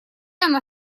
она